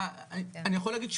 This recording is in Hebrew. אני יכול להגיד,